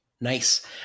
Nice